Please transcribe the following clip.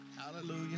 Hallelujah